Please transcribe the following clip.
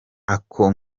ako